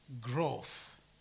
growth